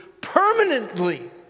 permanently